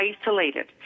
isolated